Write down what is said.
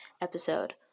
episode